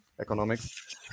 economics